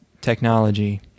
technology